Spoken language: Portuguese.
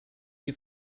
que